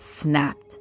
snapped